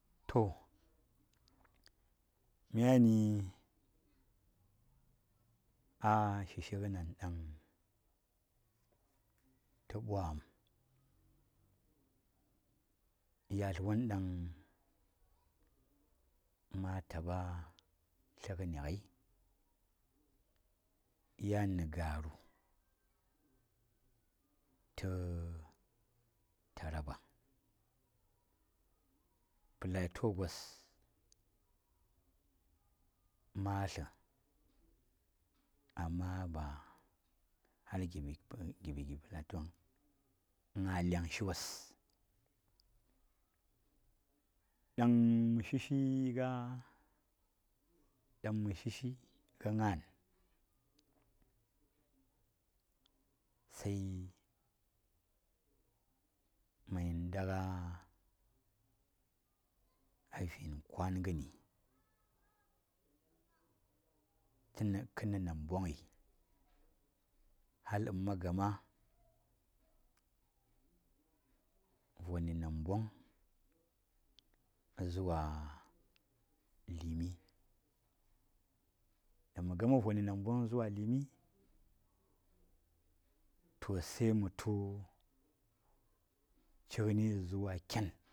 ﻿Myani a shishi ganan ɗan ta ɓwan yatla wanɗang ma taɓa tlagani gai yan na garu ta Taraba, plato jos ma tla amma ba har giɓi giɓi vung nga iyangshi wos ɗan mə shishi a nga ɗan mə shishi a nga sema ɗaga vin kwagoni ka nombonyi hal ma mon gama voni nambang zuwa limi damgma voni nambang zuwa limi to se ma tu chigani zuwa ken.